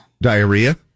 Diarrhea